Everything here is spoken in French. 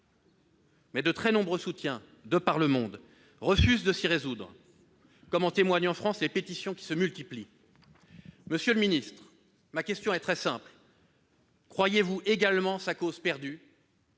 mais de très nombreux soutiens, de par le monde, refusent de s'y résoudre, comme en témoignent en France les pétitions qui se multiplient. Monsieur le ministre, ma question est très simple : croyez-vous également sa cause perdue ?